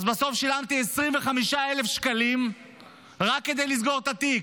אז בסוף שילמתי 25,000 שקלים רק כדי לסגור את התיק,